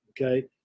Okay